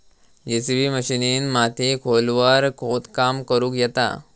JCB मशिनीन मातीत खोलवर खोदकाम करुक येता